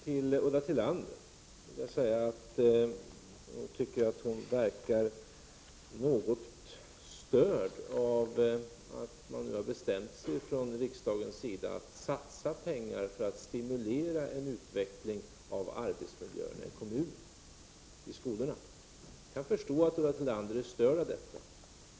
Till Ulla Tillander vill jag säga att jag tycker att hon verkar något störd av att riksdagen har bestämt sig för att satsa pengar för att stimulera en utveckling av arbetsmiljöerna i kommunerna och i skolorna. Jag kan förstå att Ulla Tillander är störd av detta.